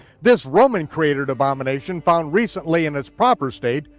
this roman-created abomination found recently in its proper state,